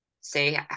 say